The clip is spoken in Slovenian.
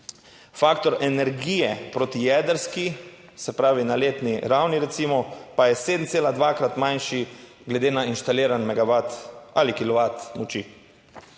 Faktor energije proti jedrski, se pravi na letni ravni recimo, pa je 7,2-krat manjši glede na inštalirani megavat ali **105.